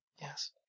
Yes